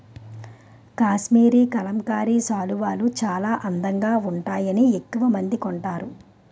కాశ్మరీ కలంకారీ శాలువాలు చాలా అందంగా వుంటాయని ఎక్కవమంది కొంటారు